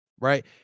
right